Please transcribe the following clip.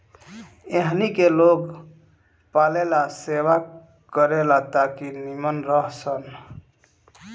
एहनी के लोग पालेला सेवा करे ला ताकि नीमन रह सन